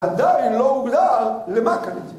עדיין לא הוגדר למה קניתי אותו